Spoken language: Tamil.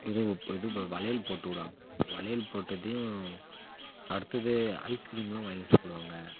இது ப் இது வ வளையல் போட்டு விடுவாங்க வளையல் போட்டதையும் அடுத்தது ஐஸ்கிரீம்லாம் வாங்கி சாப்பிடுவாங்க